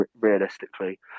realistically